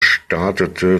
startete